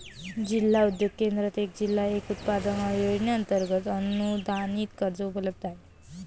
जिल्हा उद्योग केंद्रात एक जिल्हा एक उत्पादन योजनेअंतर्गत अनुदानित कर्ज उपलब्ध आहे